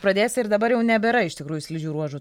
pradėsi ir dabar jau nebėra iš tikrųjų slidžių ruožų